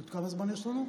עוד כמה זמן יש לנו?